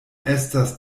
estas